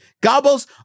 gobbles